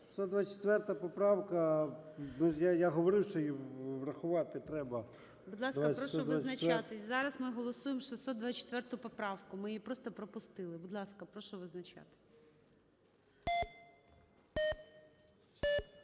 624 поправка. Я говорив, що її врахувати треба. ГОЛОВУЮЧИЙ. Будь ласка, прошу визначатися. Зараз ми голосуємо 624 поправку, ми її просто пропустили. Будь ласка, прошу визначатися.